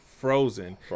Frozen